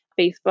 Facebook